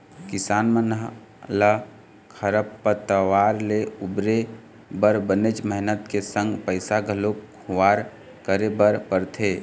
किसान मन ल खरपतवार ले उबरे बर बनेच मेहनत के संग पइसा घलोक खुवार करे बर परथे